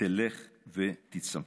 תלך ותצטמצם.